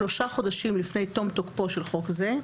שלושה חודשים לפני תום תוקפו של חוק זה,